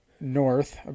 north